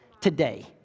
today